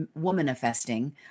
womanifesting